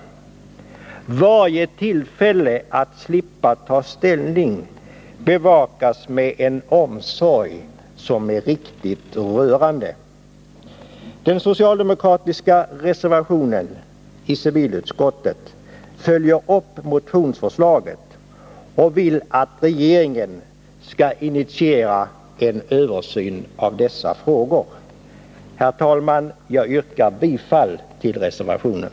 Varje tillfälle att slippa ta ställning tas till vara med en omsorg som är riktigt rörande. I den socialdemokratiska reservationen följs motionsförslaget upp, och där framförs kravet att regeringen skall initiera en översyn av dessa frågor. Herr talman! Jag yrkar bifall till reservationen.